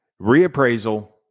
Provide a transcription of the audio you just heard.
reappraisal